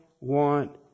want